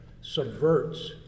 subverts